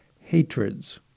hatreds